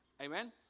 Amen